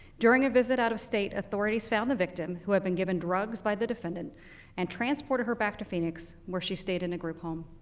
during a visit out of state, authorities found the victim who had been given drugs by the defendant and transported her back to phoenix where she stayed in a group home.